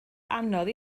anodd